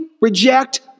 reject